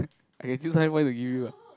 I can choose how many point to give you ah